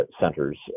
centers